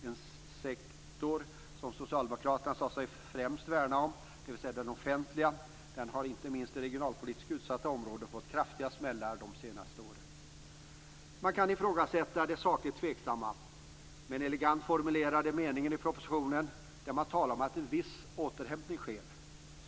En sektor som socialdemokraterna sagt sig främst värna om, dvs. den offentliga, har inte minst i regionalpolitiskt utsatta områden fått ta kraftiga smällar de senaste åren. Man kan ifrågasätta den sakligt sett tveksamma, men elegant formulerade, meningen i propositionen, där man talar om att en viss återhämtning sker.